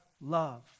love